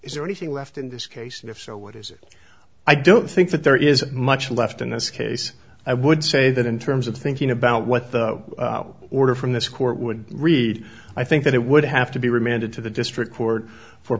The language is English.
is there anything left in this case and if so what is it i don't think that there isn't much left in this case i would say that in terms of thinking about what the order from this court would read i think that it would have to be remanded to the district court fo